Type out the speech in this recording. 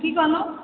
की कहलहुॅं